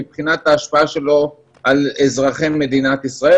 מבחינת ההשפעה שלו על אזרחי מדינת ישראל.